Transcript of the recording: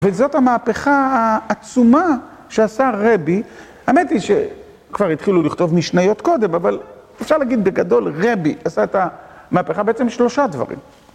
וזאת המהפכה העצומה שעשה רבי. האמת היא ש... שכבר התחילו לכתוב משניות קודם, אבל אפשר להגיד בגדול רבי עשה את המהפכה בעצם שלושה דברים.